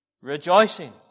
rejoicing